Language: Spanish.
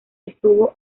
estuvo